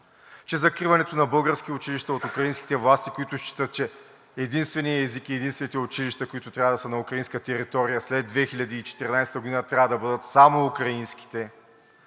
че закриването на български училища от украинските власти, които считат, че единственият език и единствените училища, които трябва да са на украинска територия след 2014 г., трябва да бъдат само украинските.